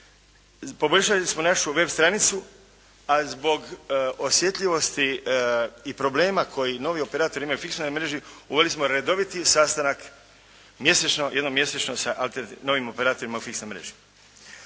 poboljšali smo našu web stranicu, a zbog osjetljivosti i problema koje novi operatori imaju u fiksnoj mreži uveli smo redoviti sastanak, mjesečno, jednom mjesečno sa novim operatorima u fiksnoj mreži.